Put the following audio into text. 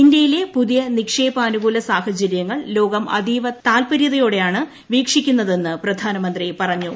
ഇന്ത്യയിലെ പുതിയ നിക്ഷേപാനുകൂല സാഹചര്യങ്ങൾ ലോക്ട് അതീവ താല്പര്യത്തോടെയാണ് വീക്ഷിക്കുന്നത്തെന്ന് പ്രധാനമന്ത്രി പറഞ്ഞു